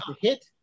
hit